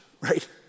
right